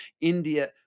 India